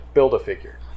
Build-A-Figure